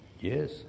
Yes